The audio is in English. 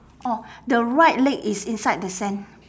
orh the right leg is inside the sand